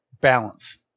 balance